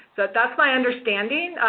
so, that's my understanding.